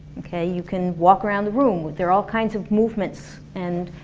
okay you can walk around the room, there are all kinds of movements and